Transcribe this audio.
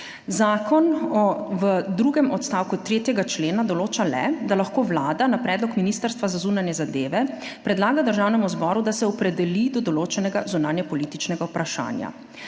Zakon v drugem odstavku 3. člena določa le, da lahko Vlada na predlog Ministrstva za zunanje zadeve predlaga Državnemu zboru, da se opredeli do določenega zunanjepolitičnega vprašanja.